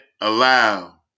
allow